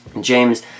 James